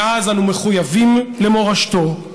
מאז אנו מחויבים למורשתו,